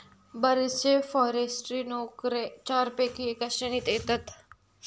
बरेचशे फॉरेस्ट्री नोकरे चारपैकी एका श्रेणीत येतत